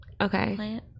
Okay